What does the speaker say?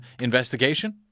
investigation